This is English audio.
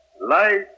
light